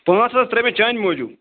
پانٛژھ ساس رۅپیہِ چانہِ موٗجوٗب